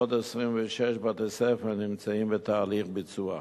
עוד 26 בתי-ספר נמצאים בתהליך ביצוע.